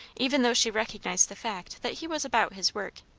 even though she recognised the fact that he was about his work.